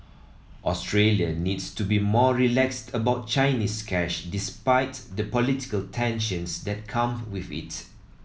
Australia needs to be more relaxed about Chinese cash despite the political tensions that come with it